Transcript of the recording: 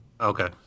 Okay